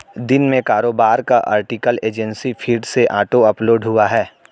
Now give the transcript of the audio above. दिन में कारोबार का आर्टिकल एजेंसी फीड से ऑटो अपलोड हुआ है